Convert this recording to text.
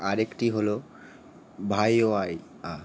আরেকটি হলো ভাইওয়াইয়া